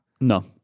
no